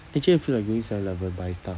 actually I feel like going seven eleven buy stuff